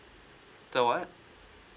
the what